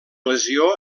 lesió